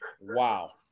Wow